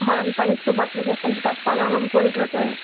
ஆமாம் ma'am science டிபார்ட்மெண்ட்ல கொஞ்சம் டஃப்பாக தான் மேம் போயிட்ருக்குது